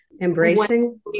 Embracing